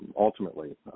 ultimately